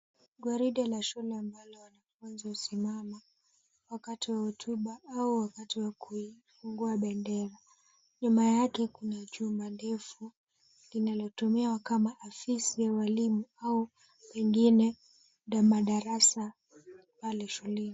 Gwaride la shule ambapo wanafunzi husimama, wakati wa hotuba au wakati wa kuifungua bendera. Nyuma yake kuna chuma ndefu linalotumiwa kama afisi ya walimu au pengine la madarasa pale shuleni.